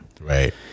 Right